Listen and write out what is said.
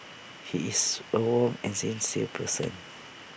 he is A warm and sincere person